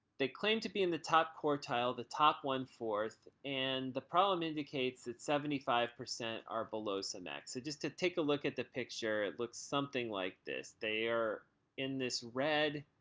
they claim to be in the top quartile, the top one-fourth, and the problem indicates that seventy five percent are below some x. just to take a look at the picture, it looks something like this. they are in the red,